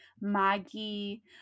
maggie